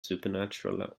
supernatural